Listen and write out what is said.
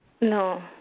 no